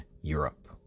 Europe